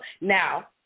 Now